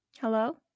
Hello